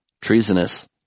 treasonous